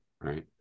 right